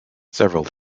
several